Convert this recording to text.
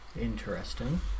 interesting